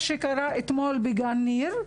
מה שקרה אתמול בגן ניר,